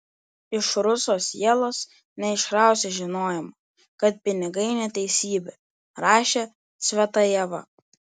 iš ruso sielos neišrausi žinojimo kad pinigai neteisybė rašė cvetajeva